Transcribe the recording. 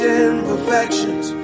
imperfections